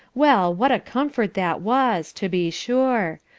well, what a comfort that was, to be sure.